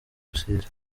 rusizi